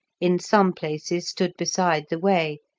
in some places stood beside the way,